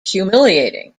humiliating